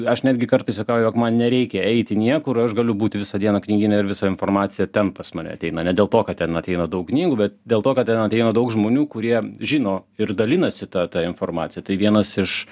aš netgi kartais sakau jog man nereikia eiti niekur aš galiu būti visą dieną knygyne ir visa informacija ten pas mane ateina ne dėl to kad ten ateina daug knygų bet dėl to kad ten ateina daug žmonių kurie žino ir dalinasi ta ta informacija tai vienas iš